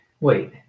Wait